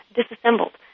disassembled